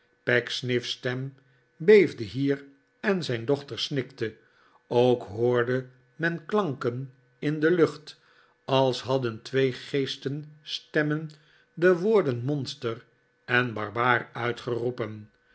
pecksniff's stem beefde hier en zijn dochter snikte ook hoorde men klanken in de lucht als hadden twee geestenstemmen de woorden t monster en barbaar uitgeroepen